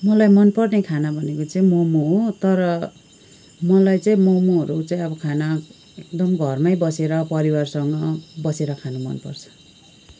मलाई मनपर्ने खाना भनेको चाहिँ मोमो हो तर मलाई चाहिँ मोमोहरू चाहिँ अब खान एकदम घरमै बसेर परिवारसँग बसेर खानु मनपर्छ